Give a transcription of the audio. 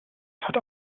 hat